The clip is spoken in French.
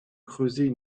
creuser